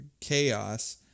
chaos